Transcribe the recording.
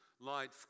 light